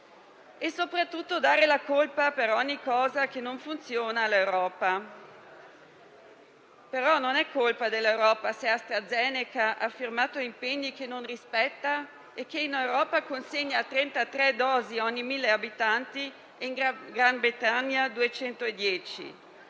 e soprattutto dare la colpa per ogni cosa che non funziona all'Europa. Non è colpa dell'Europa, tuttavia, se AstraZeneca ha firmato impegni che non rispetta e in Europa consegna 33 dosi ogni 1.000 abitanti contro i 210